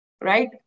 Right